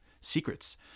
secrets